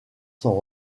son